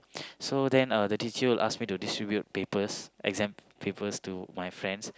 so then uh the teacher will ask me to distribute papers exam papers to my friends